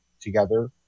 together